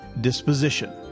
disposition